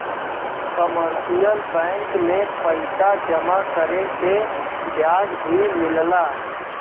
commercial bank में पइसा जमा करे पे ब्याज भी मिलला